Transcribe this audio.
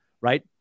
Right